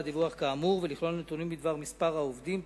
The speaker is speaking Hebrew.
הדיווח כאמור ולכלול נתונים בדבר מספר העובדים,